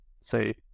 say